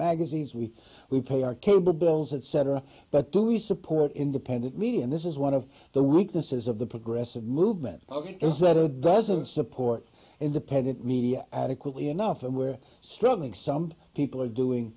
magazines we we pay our cable bills etc but do we support independent media and this is one of the reek this is of the progressive movement ok is that a doesn't support independent media adequately enough and we're struggling some people are doing